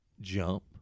jump